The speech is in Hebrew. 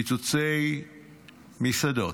פיצוצי מסעדות.